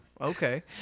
Okay